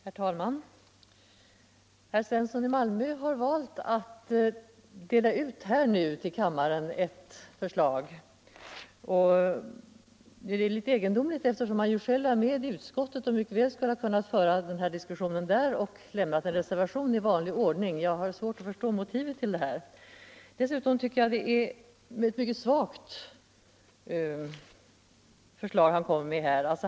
Herr talman! Herr Svensson i Malmö har valt att nu till kammaren dela ut ett förslag. Det är litet egendomligt, eftersom han själv var med i utskottet och mycket väl skulle ha kunnat föra den här diskussionen där och avge en reservation i vanlig ordning. Dessutom tycker jag det är ett mycket svagt förslag han här kommer med.